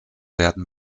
werden